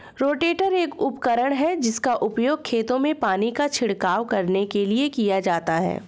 rotator एक उपकरण है जिसका उपयोग खेतों में पानी का छिड़काव करने के लिए किया जाता है